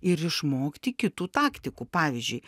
ir išmokti kitų taktikų pavyzdžiui